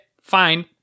fine